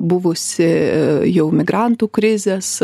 buvusi jau migrantų krizės